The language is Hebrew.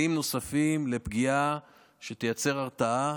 לפגיעה שתייצר הרתעה